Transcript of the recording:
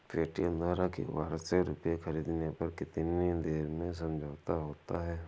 Paytm द्वारा QR से रूपए ख़रीदने पर कितनी देर में समझौता होता है?